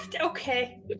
Okay